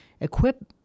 equip